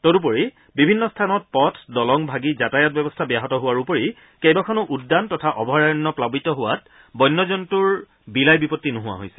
তদুপৰি বিভিন্ন স্থানত পথ দলং ভাগি যাতায়াত ব্যৱস্থা ব্যাহত হোৱাৰ উপৰি কেইবাখনো উদ্যান তথা অভয়াৰণ্য প্লাবিত হোৱা বন্যজন্তুৰ বিলাই বিপত্তি নোহোৱা হৈছে